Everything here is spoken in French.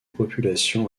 population